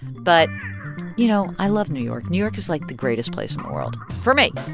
but you know, i love new york. new york is, like, the greatest place in the world for me